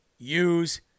Use